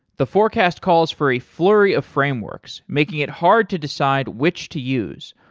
the forecast calls for a flurry of frameworks making it hard to decide which to use,